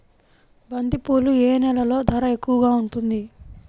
బంతిపూలు ఏ నెలలో ధర ఎక్కువగా ఉంటుంది?